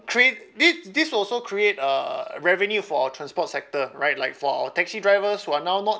create this this also create a revenue for our transport sector right like for our taxi drivers who are now not